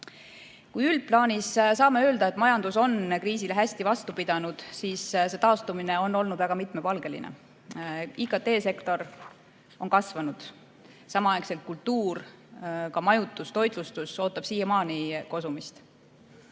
üldplaanis saame öelda, et majandus on kriisile hästi vastu pidanud, siis see taastumine on olnud väga mitmepalgeline. IKT‑sektor on kasvanud, aga kultuur, ka majutus ja toitlustus ootavad siiamaani kosumist.